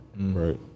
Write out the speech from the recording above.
Right